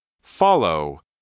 Follow